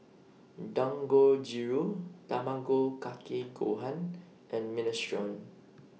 Dangojiru Tamago Kake Gohan and Minestrone